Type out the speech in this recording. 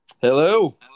hello